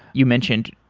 you mentioned,